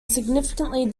significantly